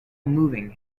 moving